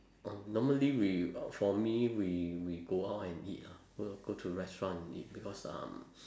oh normally we for me we we go out and eat ah go to restaurant and eat because um